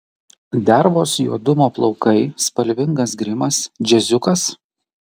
dervos juodumo plaukai spalvingas grimas džiaziukas